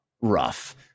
rough